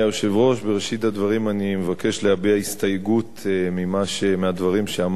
בראשית הדברים אני מבקש להביע הסתייגות מהדברים שאמר חבר הכנסת